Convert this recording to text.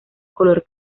color